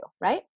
right